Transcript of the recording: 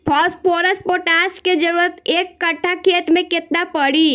Phosphorus potash के जरूरत एक कट्ठा खेत मे केतना पड़ी?